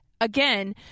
again